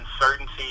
uncertainty